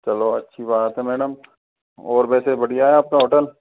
चलो अच्छी बात है मैडम और वैसे बढ़िया है आपका होटल